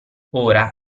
ora